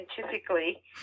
scientifically